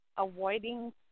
avoiding